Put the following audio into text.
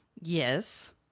Yes